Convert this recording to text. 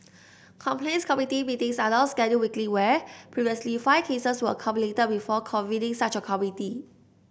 complaints committee meetings are now scheduled weekly where previously five cases were accumulated before convening such a committee